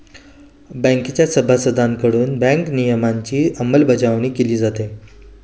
बँकेच्या सभासदांकडून बँक नियमनाची अंमलबजावणी केली जाते